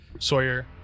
Sawyer